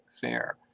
fair